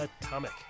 Atomic